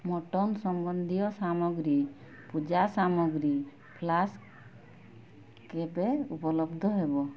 mutton ସମ୍ବନ୍ଧୀୟ ସାମଗ୍ରୀ ପୂଜା ସାମଗ୍ରୀ ଫ୍ଲାସ୍କ୍ କେବେ ଉପଲବ୍ଧ ହେବ